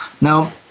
Now